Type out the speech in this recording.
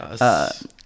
yes